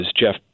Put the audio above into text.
Jeff